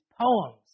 poems